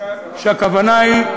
והכוונה היא: